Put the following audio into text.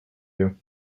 you